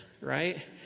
right